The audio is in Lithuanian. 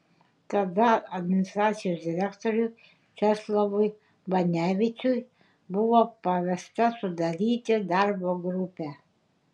tada administracijos direktoriui česlovui banevičiui buvo pavesta sudaryti darbo grupę